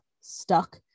stuck